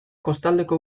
kostaldeko